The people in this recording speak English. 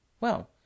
Well